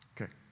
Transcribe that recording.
Okay